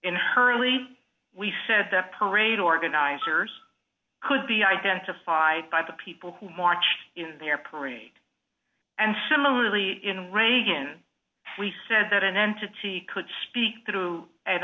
early we said that parade organizers could be identified by the people who marched in their parade and similarly when reagan said that an entity could speak through